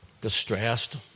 distressed